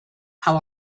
how